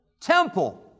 temple